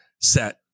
set